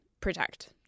protect